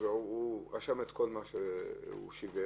הוא רשם את כל מה שהוא שיווק,